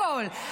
הכול.